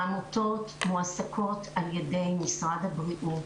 העמותות מועסקות על-ידי משרד הבריאות